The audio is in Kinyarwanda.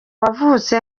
wavutse